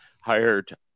hired